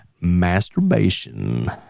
masturbation